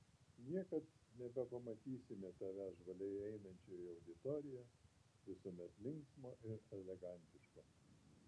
niekad nebepamatysime tavęs žvaliai einančio į auditoriją visuomet linksmo ir elegantiško